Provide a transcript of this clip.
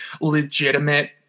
legitimate